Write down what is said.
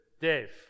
dave